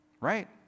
right